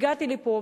הגעתי לפה,